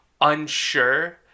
unsure